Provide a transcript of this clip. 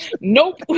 nope